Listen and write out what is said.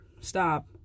stop